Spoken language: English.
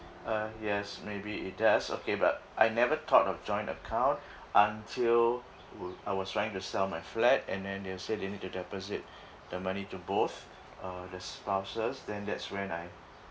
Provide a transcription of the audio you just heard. uh yes maybe it does okay but I never thought of joint account until wo~ I was trying to sell my flat and then they said they'll need to deposit the money to both uh the spouses then that's when I